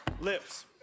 Lips